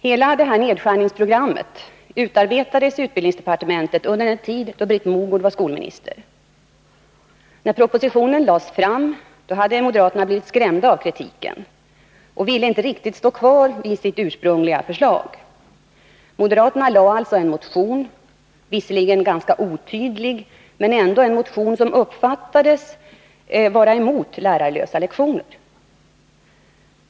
Hela detta nedskärningsprogram utarbetades i utbildningsdepartementet under den tid Britt Mogård var skolminister. När propositionen lades fram hade moderaterna blivit skrämda av kritiken och ville inte riktigt stå kvar vid sitt ursprungliga förslag. Moderaterna väckte en motion. Den var visserligen ganska otydlig men den uppfattades så att den gick emot lärarlösa lektioner.